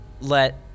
let